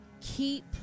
keep